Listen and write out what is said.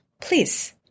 please